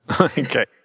Okay